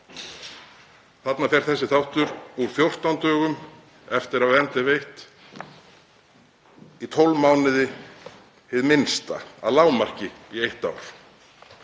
Þarna fer þessi þáttur úr 14 dögum eftir að vernd er veitt í 12 mánuði hið minnsta, að lágmarki í eitt ár.